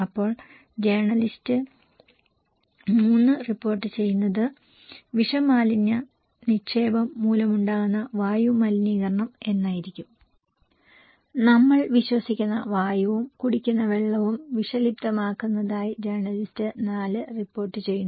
അപ്പോൾ journalist 3 report ചെയ്യുന്നത് വിഷ മാലിന്യ നിക്ഷേപം മൂലമുണ്ടാകുന്ന വായു മലിനീകരണം എന്നായിരിക്കും നമ്മൾ ശ്വസിക്കുന്ന വായുവും കുടിക്കുന്ന വെള്ളവും വിഷലിപ്തമാക്കുന്നതായി ജേണലിസ്റ്റ് 4 റിപ്പോർട്ട് ചെയ്യുന്നു